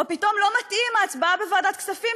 או פתאום לא מתאימה ההצבעה בוועדת כספים,